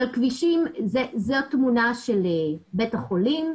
זאת תמונה של בית החולים,